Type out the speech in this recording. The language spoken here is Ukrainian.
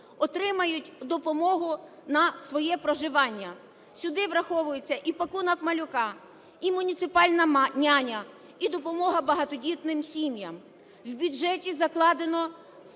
отримають допомогу на своє проживання. Сюди враховується і "пакунок малюка", і "муніципальна няня", і допомога багатодітним сім'ям.